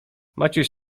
maciuś